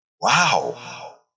Wow